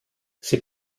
sie